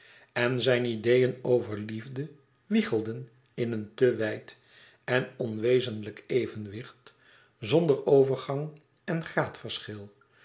en zijn ideeën over liefde wiegelden heel vreemd in een te wijd en onwezenlijk evenwicht zonder overgang en